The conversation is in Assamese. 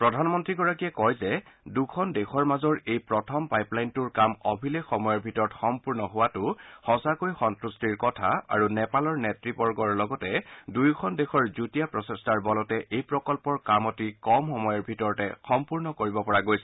প্ৰধানমন্ত্ৰীয়ে কয় যে দুখন দেশৰ মাজৰ এই প্ৰথম পাইপলাইনটোৰ কাম অভিলেখ সময়ৰ ভিতৰত সম্পূৰ্ণ হোৱাটো সচাকৈ সন্তাট্টিৰ কথা আৰু নেপালৰ নেতৃবৰ্গৰ লগতে দুয়োখন দেশৰ যুটীয়া প্ৰচেষ্টাৰ বলতে এই প্ৰকল্পৰ কাম অতি কম সময়ৰ ভিতৰতে সম্পূৰ্ণ কৰিব পৰা গৈছে